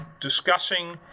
discussing